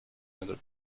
other